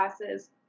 classes